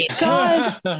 god